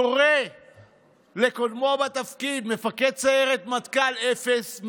קורא לקודמו בתפקיד, מפקד סיירת מטכ"ל, "אפס".